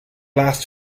last